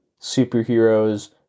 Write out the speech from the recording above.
superheroes